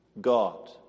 God